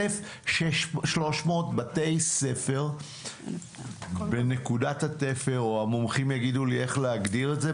1,300 בתי ספר בנקודת התפר או המומחים יגידו איך להגדיר את זה,